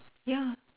ya